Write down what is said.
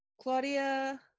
Claudia